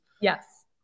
Yes